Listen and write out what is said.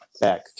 back